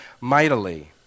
mightily